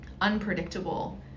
unpredictable